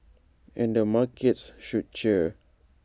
and the markets should cheer